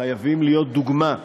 חייבים להיות דוגמה,